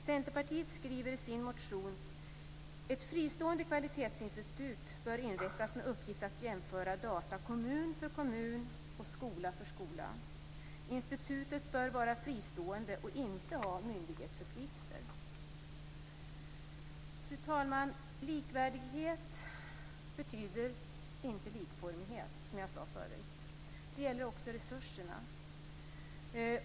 Centerpartiet skriver i sin reservation: Ett fristående kvalitetsinstitut bör inrättas med uppgift att jämföra data kommun för kommun och skola för skola. Institutet bör vara fristående och inte ha myndighetsuppgifter. Fru talman! Likvärdighet betyder, som jag tidigare sade, inte likformighet. Det gäller också beträffande resurserna.